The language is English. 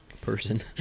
person